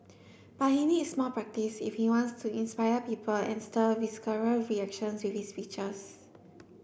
but he needs more practise if he wants to inspire people and stir visceral reactions with speeches